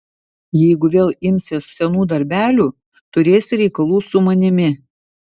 jeigu vėl imsies senų darbelių turėsi reikalų su manimi